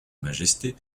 majesté